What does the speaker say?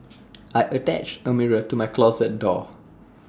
I attached A mirror to my closet door